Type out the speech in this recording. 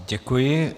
Děkuji.